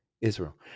Israel